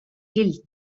gilt